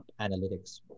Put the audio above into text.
analytics